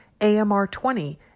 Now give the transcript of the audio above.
AMR20